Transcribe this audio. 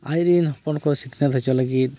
ᱟᱡᱨᱮᱱ ᱦᱚᱯᱚᱱ ᱠᱚ ᱥᱤᱠᱷᱱᱟᱹᱛ ᱦᱚᱪᱚᱠᱚ ᱞᱟᱹᱜᱤᱫ